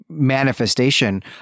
manifestation